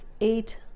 eight